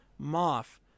Moff